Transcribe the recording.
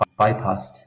bypassed